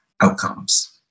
outcomes